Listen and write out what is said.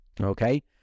okay